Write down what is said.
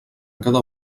cada